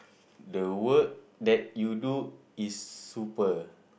the work that you do is super